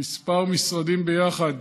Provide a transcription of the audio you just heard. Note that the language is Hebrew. כמה משרדים ביחד,